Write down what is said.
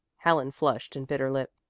helen flushed and bit her lip.